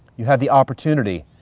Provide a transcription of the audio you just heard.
you have the opportunity,